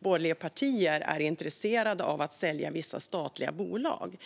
borgerliga partier är intresserade av att sälja vissa statliga bolag.